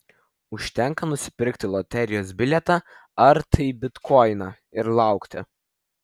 užtenka nusipirkti loterijos bilietą ar tai bitkoiną ir laukti